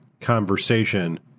conversation